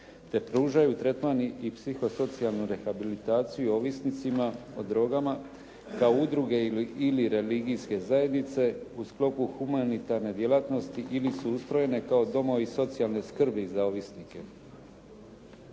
te pružaju tretman i psihosocijalnu rehabilitaciju ovisnicima o drogama, kao udruge ili religijske zajednice u sklopu humanitarne djelatnosti ili su ustrojene kao domovi socijalne skrbi za ovisnike.